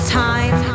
time